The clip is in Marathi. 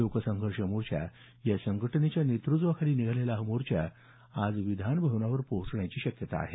लोकसंघर्ष मोर्चा या संघटनेच्या नेतृत्वाखाली निघालेला हा मोर्चा आज विधानभवनावर पोहोचण्याची शक्यता आहे